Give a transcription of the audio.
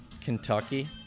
Kentucky